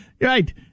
right